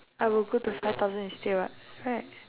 I would go to five thousand instead [what] right